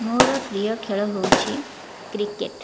ମୋର ପ୍ରିୟ ଖେଳ ହେଉଛି କ୍ରିକେଟ